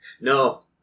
No